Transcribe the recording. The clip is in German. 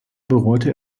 bereute